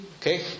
Okay